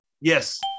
Yes